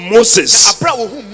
Moses